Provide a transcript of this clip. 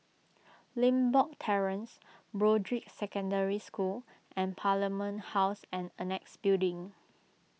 Limbok Terrace Broadrick Secondary School and Parliament House and Annexe Building